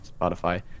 Spotify